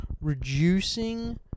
reducing